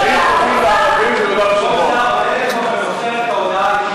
הערבים ביהודה ושומרון.